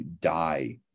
die